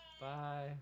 Bye